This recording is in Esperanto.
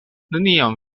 neniam